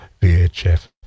VHF